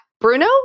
Bruno